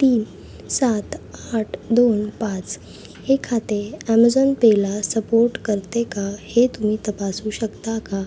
तीन सात आठ दोन पाच हे खाते ॲमेझॉन पेला सपोर्ट करते का हे तुम्ही तपासू शकता का